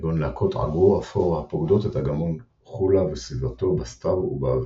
כגון להקות עגור אפור הפוקדות את אגמון חולה וסביבתו בסתיו ובאביב.